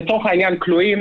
שלצורך העניין כלואים